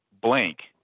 blank